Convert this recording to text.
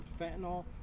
fentanyl